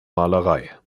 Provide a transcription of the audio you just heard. malerei